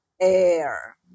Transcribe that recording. Air